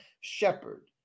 shepherd